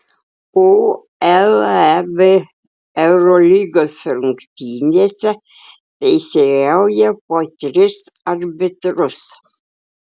uleb eurolygos rungtynėse teisėjauja po tris arbitrus